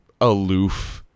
aloof